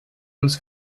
uns